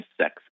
sex